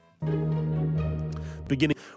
beginning